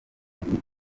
kabiri